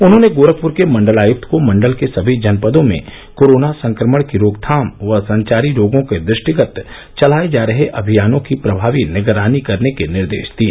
उन्होंने गोरखपुर के मंडलायक्त को मंडल के सभी जनपदों में कोरोना संक्रमण की रोकथाम व संचारी रोगों के दृष्टिगत चलाए जा रहे अभियानों की प्रभावी निगरानी करने के निर्देश दिए